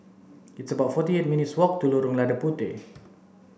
it's about forty eight minutes' walk to Lorong Lada Puteh